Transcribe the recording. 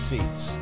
Seats